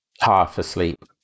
half-asleep